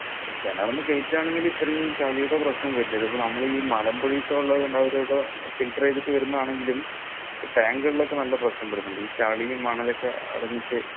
കിണറിൽ നിന്ന് ഗെയ്റ്റ് ആണെങ്കിലും ഇത്രേയും ചളിയുടെ പ്രശ്നം വരില്ല ഇതിപ്പോൾ നമ്മൾ മലമ്പുഴയിലത്തെ വെള്ളം ഉള്ള കൊണ്ട് അവർ ഇവിടെ ഫിൽട്ടർ ചെയ്തിട്ടു വരുന്നത് ആണെങ്കിലും ടാങ്കുകളിലൊക്കെ നല്ല പ്രശ്നം വരുന്നുണ്ട് ഈ ചളിയും മണലൊക്കെ അടഞ്ഞിട്ട്